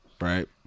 right